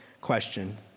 question